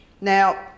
Now